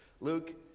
Luke